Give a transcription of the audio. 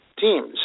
teams